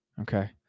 Okay